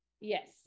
Yes